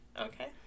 Okay